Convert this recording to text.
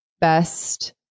best